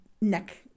neck